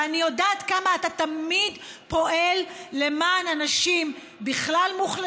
ואני יודעת כמה אתה תמיד פועל בלמען אנשים מוחלשים,